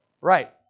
Right